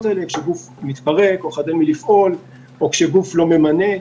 האלה כשגוף מתפרק או חדל מלפעול או כשגוף לא ממנה,